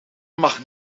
mag